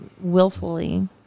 willfully